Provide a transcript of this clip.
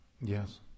Yes